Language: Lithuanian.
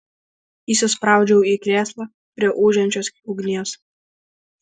įsispraudžiau į krėslą prie ūžiančios ugnies